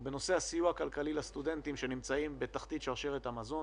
הוא בנושא הסיוע הכלכלי לסטודנטים שנמצאים בתחתית שרשרת המזון